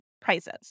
prices